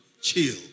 Chill